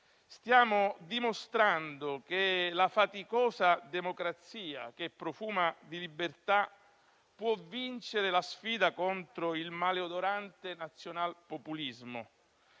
Stiamo dimostrando che la faticosa democrazia, che profuma di libertà, può vincere la sfida contro il maleodorante nazional-populismo.